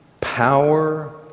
power